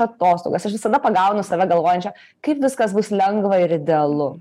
atostogas aš visada pagaunu save galvojančią kaip viskas bus lengva ir idealu